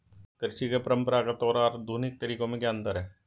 कृषि के परंपरागत और आधुनिक तरीकों में क्या अंतर है?